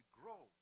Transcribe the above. grow